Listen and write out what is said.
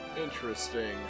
interesting